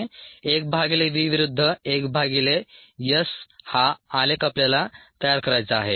1 भागिले v विरुद्ध 1 भागिले s हा आलेख आपल्याला तयार करायचा आहे